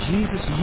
Jesus